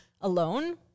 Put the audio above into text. alone